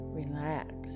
relax